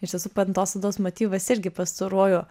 iš tiesų pintos odos motyvas irgi pastaruoju